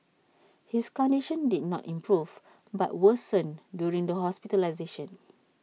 his condition did not improve but worsened during the hospitalisation